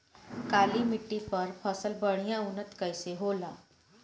काली मिट्टी पर फसल बढ़िया उन्नत कैसे होला?